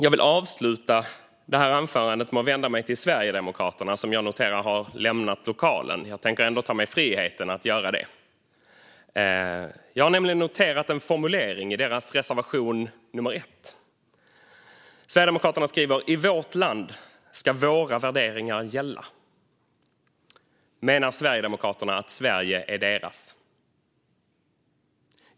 Jag vill avsluta anförandet med att vända mig till Sverigedemokraterna, som jag noterar har lämnat lokalen. Men jag tänker ändå ta mig friheten att göra det. Jag har nämligen noterat en formulering i deras reservation nummer 1. Sverigedemokraterna skriver: I vårt land ska våra värderingar gälla. Menar Sverigedemokraterna att Sverige är deras?